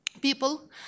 people